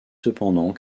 cependant